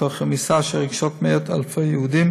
תוך רמיסה של רגשות מאות אלפי יהודים